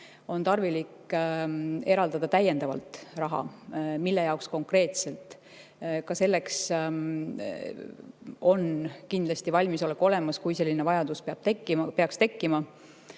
on tarvilik eraldada täiendavalt raha? Mille jaoks konkreetselt? Ka selleks on kindlasti valmisolek olemas, kui selline vajadus peaks tekkima.